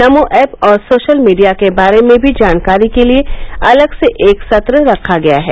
नमो app और social media के बारे में भी जानकारी के लिए अलग से एक सत्र रखा गया है